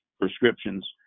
prescriptions